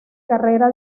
carrera